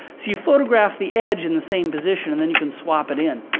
so you photograph the edge in the same position and then you can swap it in.